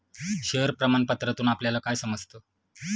Share प्रमाण पत्रातून आपल्याला काय समजतं?